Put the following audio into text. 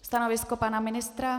Stanovisko pana ministra?